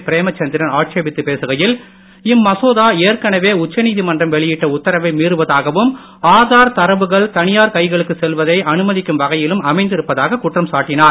பிரேமசந்திரன் ஆட்சேபித்து பேசுகையில் இம்மசோதா ஏற்கனவே உச்சநீதிமன்றம் வெளியிட்ட உத்தரவை மீறுவதாகவும் ஆதார் தரவுகள் தனியார் கைகளுக்கு செல்வதை அனுமதிக்கும் வகையிலும் அமைந்திருப்பதாக குற்றம் சாட்டினார்